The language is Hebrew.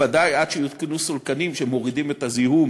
ודאי עד שיותקנו סולקנים שמורידים את הזיהום